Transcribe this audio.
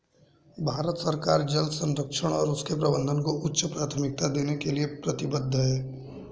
भारत सरकार जल संरक्षण और उसके प्रबंधन को उच्च प्राथमिकता देने के लिए प्रतिबद्ध है